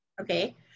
okay